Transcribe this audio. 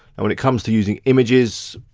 and when it comes to using images,